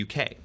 UK